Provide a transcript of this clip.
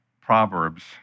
Proverbs